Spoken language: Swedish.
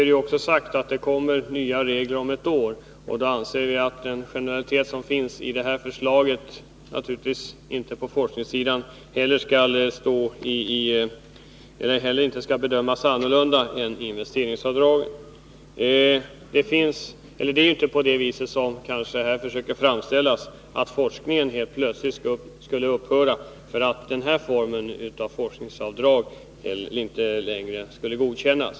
Det har sagts att det kommer nya regler om ett år, och vi anser då att det här generella forskningsavdraget inte skall bedömas annorlunda än det generella investeringsavdraget. Det är ju inte på det sättet, som herr Wärnberg försöker framställa det, att forskningen helt plötsligt skulle upphöra om denna form av forskningsavdrag inte längre skulle godkännas.